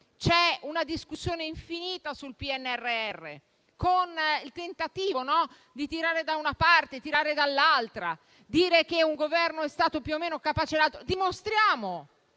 c'è una discussione infinita sul PNRR, con il tentativo di tirare da una parte e dall'altra, affermando che un Governo è stato più o meno capace di un altro.